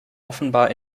offenbar